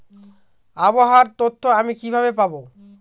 আবহাওয়ার তথ্য আমি কিভাবে পাবো?